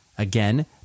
Again